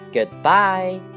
Goodbye